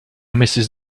mrs